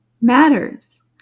matters